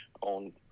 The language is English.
on